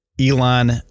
Elon